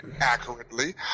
accurately